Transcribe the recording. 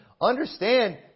Understand